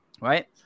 right